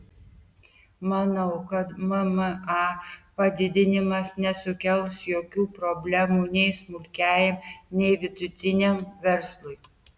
manau kad mma padidinimas nesukels jokių problemų nei smulkiajam nei vidutiniam verslui